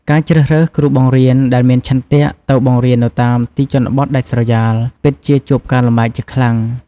ការជ្រើសរើសគ្រូបង្រៀនដែលមានឆន្ទៈទៅបង្រៀននៅតាមទីជនបទដាច់ស្រយាល ពិតជាជួបការលំបាកជាខ្លាំង។